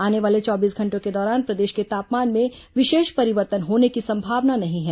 आने वाले चौबीस घंटों के दौरान प्रदेश के तापमान में विशेष परिवर्तन होने की संभावना नहीं है